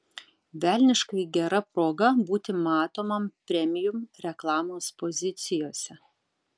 velniškai gera proga būti matomam premium reklamos pozicijose